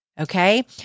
Okay